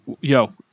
Yo